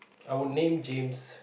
I would name James